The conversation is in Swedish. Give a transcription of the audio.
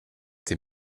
till